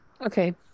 Okay